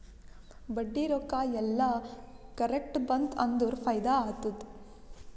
ಬಡ್ಡಿ ರೊಕ್ಕಾ ಎಲ್ಲಾ ಕರೆಕ್ಟ್ ಬಂತ್ ಅಂದುರ್ ಫೈದಾ ಆತ್ತುದ್